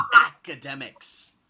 academics